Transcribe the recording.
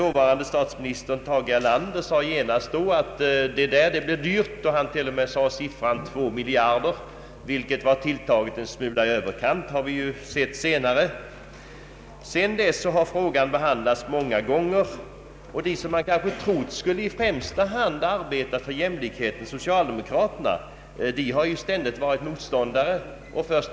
Dåvarande statsministern Tage Erlander sade att det blir dyrt, och han nämnde till och med siffran 2 miljarder kronor, vilket var tilltaget en smula i överkant, som vi senare kunnat konstatera. Sedan dess har frågan behandlats många gånger. De som man trott i första hand skulle ha arbetat för jämlikheten, socialdemokraterna, har ständigt varit motståndare till en sänkning av pensionsåldern.